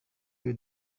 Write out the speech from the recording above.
uyu